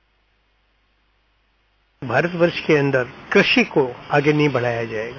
bite Bharat वर्ष के अन्दर कृषि को आगे नहीं बढ़ाया जायेगा